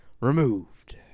removed